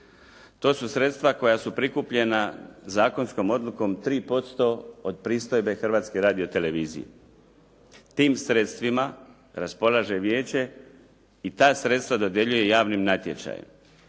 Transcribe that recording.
To su sredstva koja su prikupljena zakonskom odlukom 3% od pristojbe Hrvatske radio-televizije. Tim sredstvima raspolaže vijeće i ta sredstva dodjeljuje javnim natječajem.